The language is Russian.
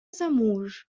замуж